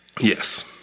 Yes